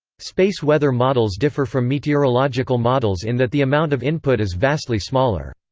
space weather models differ from meteorological models in that the amount of input is vastly smaller.